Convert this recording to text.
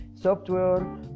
software